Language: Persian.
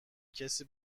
کسی